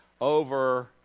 over